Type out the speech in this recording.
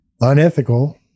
unethical